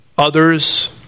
others